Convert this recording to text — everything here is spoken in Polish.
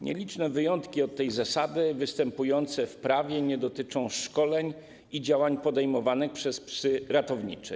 Nieliczne wyjątki od tej zasady występujące w prawie nie dotyczą szkoleń i działań podejmowanych przez psy ratownicze.